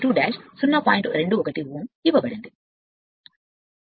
21 ఓం సమస్య నుండి